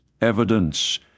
evidence